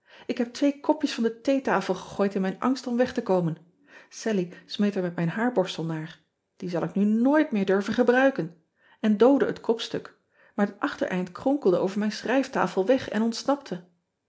k heb twee kopjes van de theetafel gegooid in mijn angst om weg te komen allie smeet er met mijn haarborstel naar die zal ik nu nooit meer durven gebruiken en doodde het kopstuk maar het achtereind kronkelde over mijn schrijftafel weg en ontsnapte